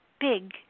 big